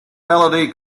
melody